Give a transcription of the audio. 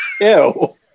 ew